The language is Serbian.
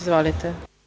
Izvolite.